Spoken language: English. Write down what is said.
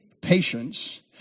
patience